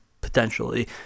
potentially